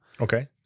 Okay